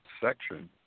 section